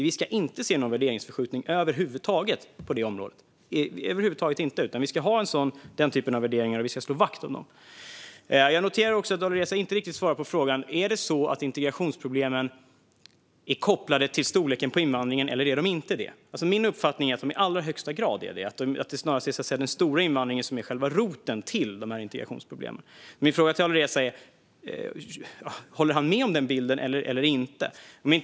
Det ska inte få ske någon värderingsförskjutning på det området över huvud taget, utan vi ska ha den typen av värderingar och slå vakt om dem. Jag noterar att Alireza inte riktigt svarar på frågan: Är det så att integrationsproblemen är kopplade till storleken på invandringen, eller är de inte det? Min uppfattning är att de i allra högsta grad är det och att det snarast är den stora invandringen som är själva roten till integrationsproblemen. Håller Alireza med om den bilden eller inte?